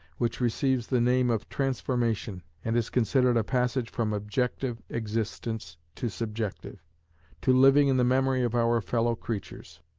which receives the name of transformation, and is considered a passage from objective existence to subjective to living in the memory of our fellow-creatures.